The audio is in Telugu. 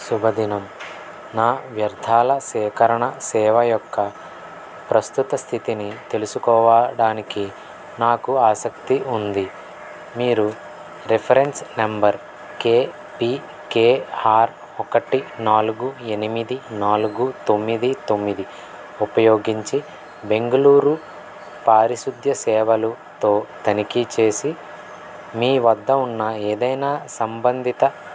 శుభదినం నా వ్యర్థాల సేకరణ సేవ యొక్క ప్రస్తుత స్థితిని తెలుసుకోవడానికి నాకు ఆసక్తి ఉంది మీరు రిఫరెన్స్ వ్ నంబర్ కేపీకేఆర్ ఒకటి నాలుగు ఎనిమిది నాలుగు తొమ్మిది తొమ్మిది ఉపయోగించి బెంగళూరు పారిశుధ్య సేవలుతో తనిఖీ చేసి మీ వద్ద ఉన్న ఏదైనా సంబంధిత